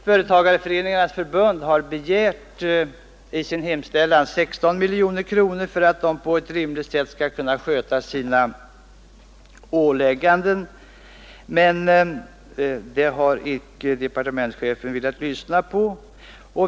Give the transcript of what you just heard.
Företagarföreningarnas förbund har begärt 16 miljoner kronor för att föreningarna på ett rimligt sätt skall kunna sköta sina åligganden, men det har departementschefen inte velat lyssna på.